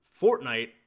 Fortnite